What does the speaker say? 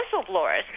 whistleblowers